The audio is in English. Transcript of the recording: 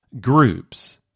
groups